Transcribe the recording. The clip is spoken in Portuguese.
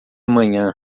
amanhã